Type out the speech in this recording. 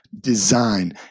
design